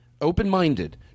open-minded